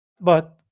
But-